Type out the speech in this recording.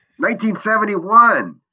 1971